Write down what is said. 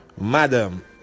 madam